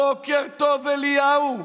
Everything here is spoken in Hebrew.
בוקר טוב אליהו.